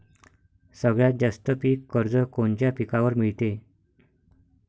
सगळ्यात जास्त पीक कर्ज कोनच्या पिकावर मिळते?